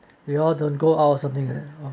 we all don't go out or something that